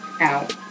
out